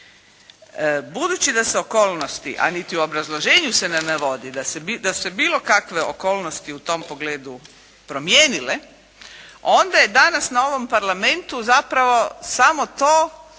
Budući da se okolnosti, a niti u obrazloženju se ne navodi da su se bilo kakve okolnosti u tom pogledu promijenile, onda je danas na ovom Parlamentu zapravo samo to